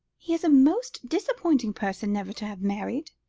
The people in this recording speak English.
he is a most disappointing person, never to have married.